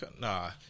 Nah